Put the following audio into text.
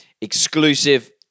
exclusive